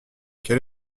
quel